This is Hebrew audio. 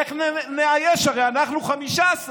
איך נאייש, הרי אנחנו 15?